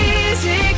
easy